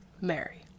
Mary